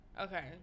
Okay